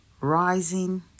Rising